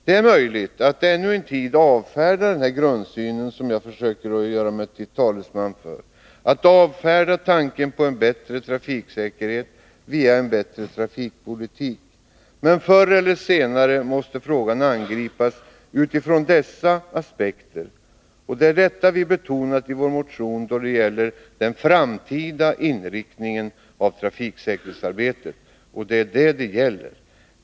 Det är möjligt att ännu en tid avfärda den grundsyn jag försöker göra mig till talesman för, att avfärda tanken på en bättre trafiksäkerhet via en bättre trafikpolitik, men förr eller senare måste frågan angripas utifrån dessa aspekter. Det är detta vi betonat i vår motion då det gäller den framtida inriktningen av trafiksäkerhetsarbetet.